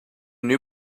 new